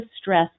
stress